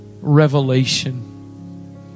revelation